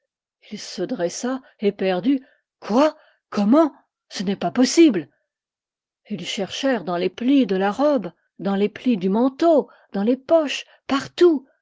ii se dressa éperdu quoi comment ce n'est pas possible et ils cherchèrent dans les plis de la robe dans les plis du manteau dans les poches partout